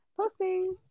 posting